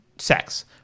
Sex